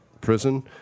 prison